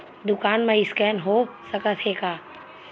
दुकान मा स्कैन हो सकत हे का?